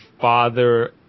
father